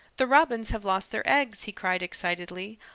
the robins have lost their eggs! he cried excitedly.